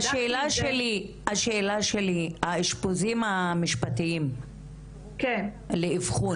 שלי - האשפוזים המשפטיים לאבחון.